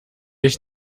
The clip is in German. ich